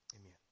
amen